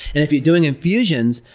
and if you're doing infusions,